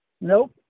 Nope